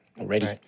Already